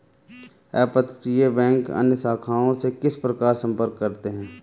अपतटीय बैंक अन्य शाखाओं से किस प्रकार संपर्क करते हैं?